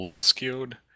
skewed